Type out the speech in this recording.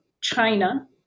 China